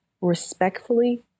respectfully